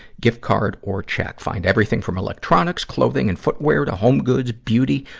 gift card, or check. find everything from electronics, clothing and footwear, to home goods, beauty,